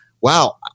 wow